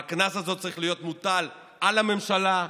והקנס הזה צריך להיות מוטל על הממשלה,